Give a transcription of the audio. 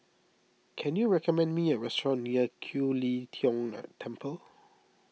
can you recommend me a restaurant near Kiew Lee Tong An Temple